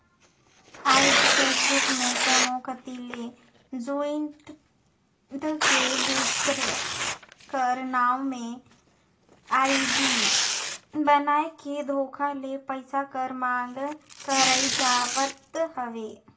आएज फेसबुक में कोनो कती ले जुइड़ के, दूसर कर नांव में आईडी बनाए के धोखा ले पइसा कर मांग करई जावत हवे